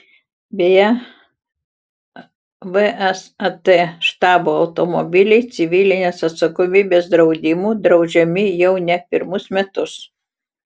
beje vsat štabo automobiliai civilinės atsakomybės draudimu draudžiami jau ne pirmus metus